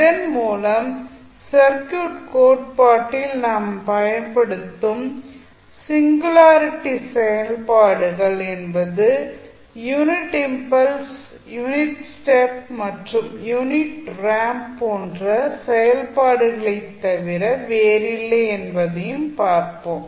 இதன் மூலம் சர்க்யூட் கோட்பாட்டில் நாம் பயன்படுத்தும் சிங்குலாரிட்டி செயல்பாடுகள் என்பது யூனிட் இம்பல்ஸ் யூனிட் ஸ்டெப் மற்றும் unit ramp unit impulse unit step and unit ramp போன்ற செயல்பாடுகளைத் தவிர வேறில்லை என்பதையும் பார்ப்போம்